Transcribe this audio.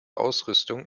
ausrüstung